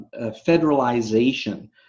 federalization